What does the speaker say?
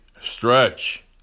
Stretch